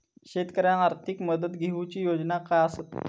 शेतकऱ्याक आर्थिक मदत देऊची योजना काय आसत?